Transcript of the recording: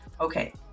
Okay